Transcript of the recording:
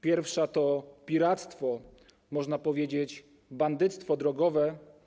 Pierwsza to piractwo - można powiedzieć, że bandyctwo - drogowe.